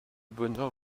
bonheur